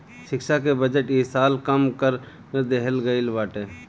शिक्षा के बजट इ साल कम कर देहल गईल बाटे